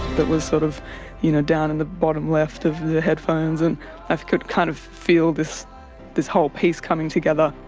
that was sort of you know down in the bottom left of the headphones, and i could kind of feel this this whole piece coming together.